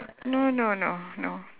no no no no